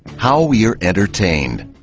how we are entertained.